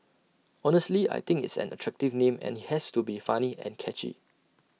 honestly I think it's an attractive name and IT has to be funny and catchy